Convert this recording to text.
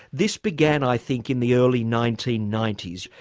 this began, i think, in the early nineteen ninety s.